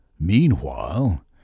Meanwhile